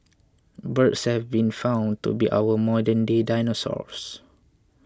birds have been found to be our modernday dinosaurs